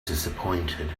disappointed